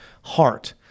heart